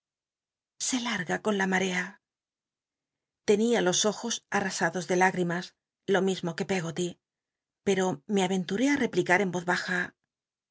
laga con la marea tenia los ojos arrasados de lágrimas lo mismo que pcggoly pero me aventuré replicar en voz baja